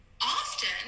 often